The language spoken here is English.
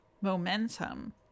momentum